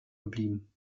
geblieben